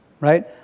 right